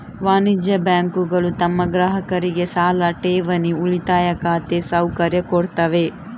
ವಾಣಿಜ್ಯ ಬ್ಯಾಂಕುಗಳು ತಮ್ಮ ಗ್ರಾಹಕರಿಗೆ ಸಾಲ, ಠೇವಣಿ, ಉಳಿತಾಯ ಖಾತೆ ಸೌಕರ್ಯ ಕೊಡ್ತವೆ